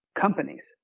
companies